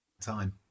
time